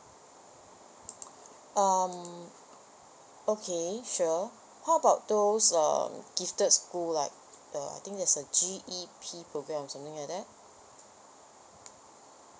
um okay sure how about those um gifted school like err I think there's a G_E_P program or something like that